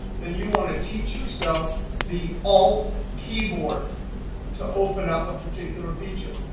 then you want to teach yourself the alt keyboards to open up a particular feature.